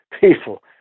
people